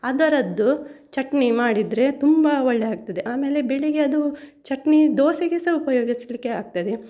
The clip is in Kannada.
ಅದರದ್ದು ಚಟ್ನಿ ಮಾಡಿದರೆ ತುಂಬ ಒಳ್ಳೆ ಆಗ್ತದೆ ಆಮೇಲೆ ಬೆಳಿಗ್ಗೆ ಅದು ಚಟ್ನಿ ದೋಸೆಗೆ ಸಹ ಉಪಯೋಗಿಸಲಿಕ್ಕೆ ಆಗ್ತದೆ